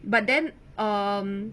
but then um